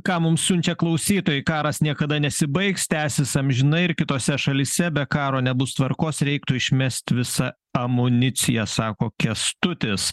ką mums siunčia klausytojai karas niekada nesibaigs tęsis amžinai ir kitose šalyse be karo nebus tvarkos reiktų išmest visą amuniciją sako kęstutis